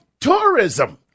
tourism